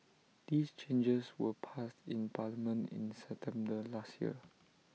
these changes were passed in parliament in September last year